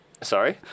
Sorry